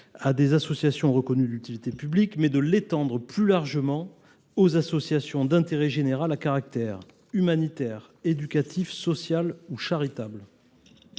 à des associations reconnues d’utilité publique, mais de l’étendre plus largement aux associations d’intérêt général à caractère humanitaire, éducatif, social ou charitable.